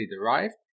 derived